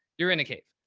you're in a cave.